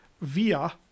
via